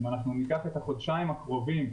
אם אנחנו ניקח את החודשיים הקרובים,